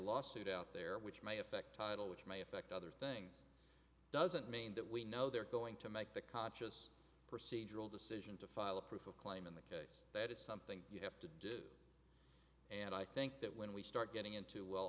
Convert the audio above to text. lawsuit out there which may affect title which may affect other things doesn't mean that we know they're going to make the conscious procedural decision to file a proof of claim in the case that is something you have to do and i think that when we start getting into well